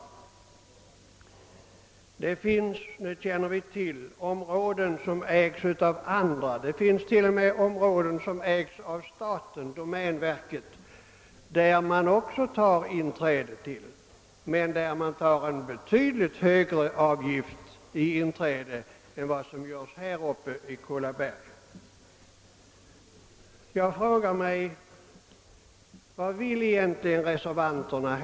Vi vet att det finns områden som ägs av andra, ja, till och med områden som ägs av staten — domänverket — där man också tar upp inträde men där denna inträdesavgift är betydligt högre än den som upptas i Kullaberg. Jag frågar mig: Vad vill egentligen reservanterna?